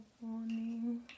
morning